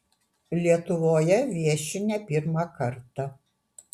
lietuvoje viešiu ne pirmą kartą